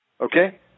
Okay